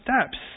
steps